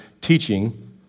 teaching